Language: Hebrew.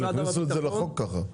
אבל הכניסו את זה לחוק ככה.